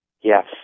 Yes